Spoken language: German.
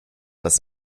das